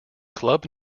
club